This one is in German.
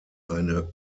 eine